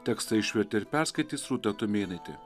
tekstą išvertė ir perskaitys rūta tumėnaitė